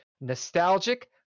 Nostalgic